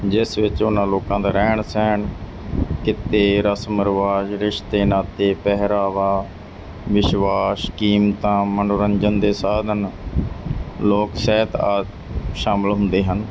ਜਿਸ ਵਿੱਚ ਉਹਨਾਂ ਲੋਕਾਂ ਦਾ ਰਹਿਣ ਸਹਿਣ ਕਿੱਤੇ ਰਸਮ ਰਿਵਾਜ਼ ਰਿਸ਼ਤੇ ਨਾਤੇ ਪਹਿਰਾਵਾ ਵਿਸ਼ਵਾਸ ਕੀਮਤਾਂ ਮਨੋਰੰਜਨ ਦੇ ਸਾਧਨ ਲੋਕ ਸਾਹਿਤ ਆਦਿ ਸ਼ਾਮਿਲ ਹੁੰਦੇ ਹਨ